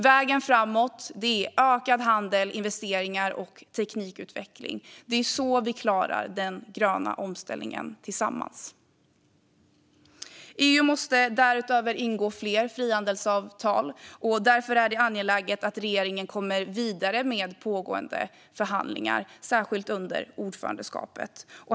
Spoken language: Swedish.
Vägen framåt är ökad handel, investeringar och teknikutveckling. Det är så vi klarar den gröna omställningen tillsammans. EU måste därutöver ingå fler frihandelsavtal. Därför är det angeläget att regeringen kommer vidare med pågående förhandlingar, särskilt under ordförandeskapet.